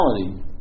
reality